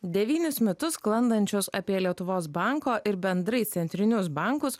devynis metus sklandančios apie lietuvos banko ir bendrai centrinius bankus